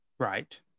Right